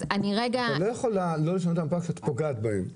אתה לא יכול להעלות לשכבות שאת פוגעת בהן.